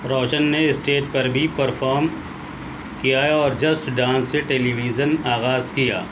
روشن نے اسٹیج پر بھی پرفارم کیا ہے اور جسٹ ڈانس سے ٹیلیویژن آغاز کیا